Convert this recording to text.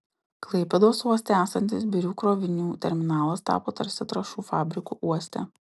klaipėdos uoste esantis birių krovinių terminalas tapo tarsi trąšų fabriku uoste